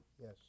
yes